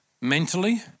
mentally